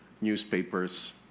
newspapers